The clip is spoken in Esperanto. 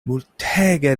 multege